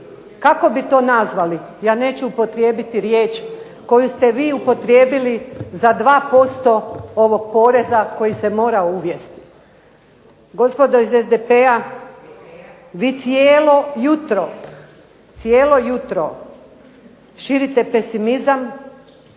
Kako bi to nazvali? Ja neću upotrijebiti riječ koju ste vi upotrijebili za 2% ovog poreza koji se mora uvesti. Gospodo iz SDP-a vi cijelo jutro, cijelo jutro širite pesimizam